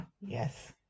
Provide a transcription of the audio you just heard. Yes